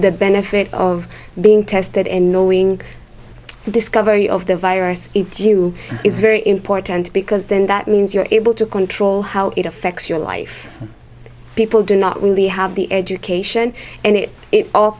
the benefit of being tested and knowing the discovery of the virus q is very important because then that means you're able to control how it affects your life people do not really have the education and it